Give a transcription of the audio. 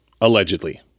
allegedly